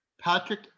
Patrick